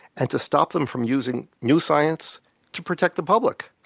and to stop them from using new science to protect the public.